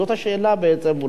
זאת השאלה בעצם.